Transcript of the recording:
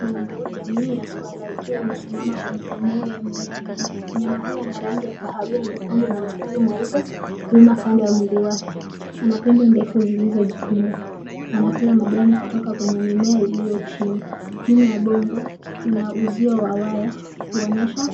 Bongo jamii ya suala ikiwa imesimama kwenye eneo ya mimea mingi. Mnyama huyo ana rangi ya kahawia, nyekundu, na mistari mweupe mwima kando ya mwili wake. Ana pembe ndefu zilizojipinda. Anakula majani kutoka kwenye mimea iliyo chini. Nyuma ya bongo kuna uzio wa waya kuoneysha